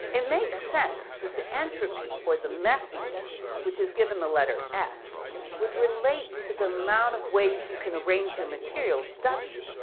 it makes sense that the entropy or the messiness, which has given the letter s would relate to the amount of ways you can arrange your materials. w,